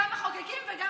גם מחוקקים וגם,